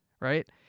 Right